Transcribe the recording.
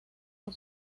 por